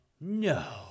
No